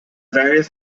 various